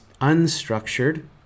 unstructured